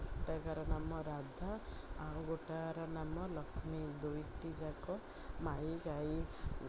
ଗୋଟାକର ନାମ ରାଧା ଆଉ ଗୋଟାକର ନାମ ଲକ୍ଷ୍ମୀ ଦୁଇଟି ଯାକ ମାଈ ଗାଈ